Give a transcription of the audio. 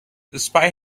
despite